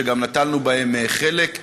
שגם נטלנו בהם חלק,